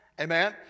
Amen